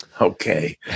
Okay